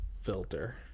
Filter